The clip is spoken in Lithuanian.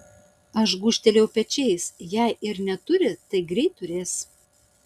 aš gūžtelėjau pečiais jei ir neturi tai greit turės